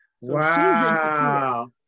Wow